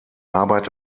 arbeit